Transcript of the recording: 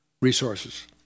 resources